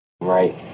Right